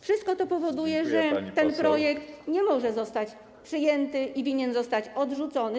Wszystko to powoduje, że ten projekt nie może zostać przyjęty i winien zostać odrzucony.